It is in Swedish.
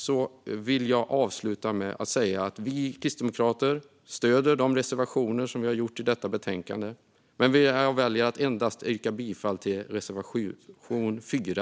Jag vill avsluta med att säga att vi kristdemokrater stöder de reservationer som vi har i detta betänkande. Men jag väljer att yrka bifall endast till reservation 4.